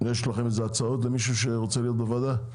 יש לכם הצעות למישהו שרוצה להיות בוועדה?